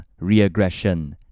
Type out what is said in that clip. reaggression